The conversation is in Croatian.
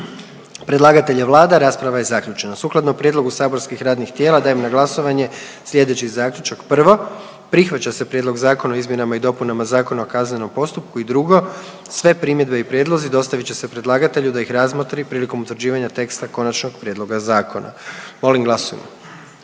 predlagatelj je Vlada, rasprava je zaključena. Sukladno prijedlogu saborskih radnih tijela dajem na glasovanje sljedeći zaključak: 1. Prihvaća se Prijedlog Zakona o dostavi sudskih pismena; i 2. Sve primjedbe i prijedlozi dostavit će se predlagatelju da ih razmotri prilikom utvrđivanja teksta konačnog prijedloga zakona. Molim glasujmo.